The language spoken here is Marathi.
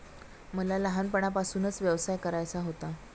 मला लहानपणापासूनच व्यवसाय करायचा होता